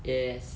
yes